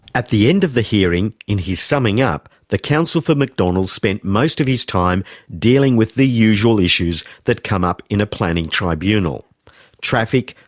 at the end of the hearing, in his summing up, the counsel for mcdonald's spent most of his time dealing with the usual issues that come up in a planning tribunal traffic,